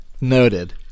Noted